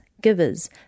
givers